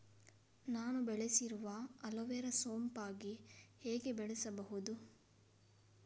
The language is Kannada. ನಾನು ಬೆಳೆಸಿರುವ ಅಲೋವೆರಾ ಸೋಂಪಾಗಿ ಹೇಗೆ ಬೆಳೆಸಬಹುದು?